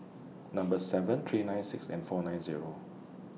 Number seven three nine six and four nine Zero